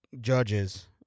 judges